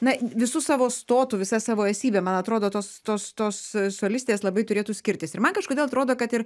na visu savo stotu visa savo esybe man atrodo tos tos tos solistės labai turėtų skirtis ir man kažkodėl atrodo kad ir